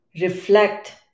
reflect